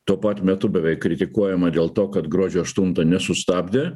tuo pat metu beveik kritikuojama dėl to kad gruodžio aštuntą nesustabdė